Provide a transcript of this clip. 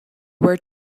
were